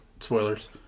Spoilers